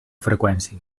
freqüència